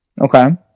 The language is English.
Okay